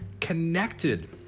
connected